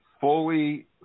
fully